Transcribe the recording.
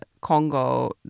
Congo